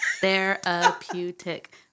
therapeutic